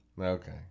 Okay